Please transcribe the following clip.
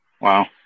Wow